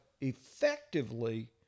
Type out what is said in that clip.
effectively